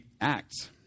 acts